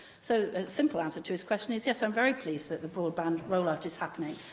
so, the simple answer to his question is yes, i'm very pleased that the broadband roll-out is happening.